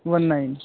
one nine